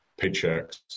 paychecks